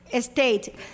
state